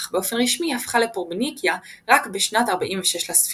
אך באופן רשמי הפכה לפרובינקיה רק בשנת 46 לספירה.